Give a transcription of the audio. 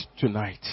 tonight